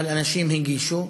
אבל אנשים הגישו.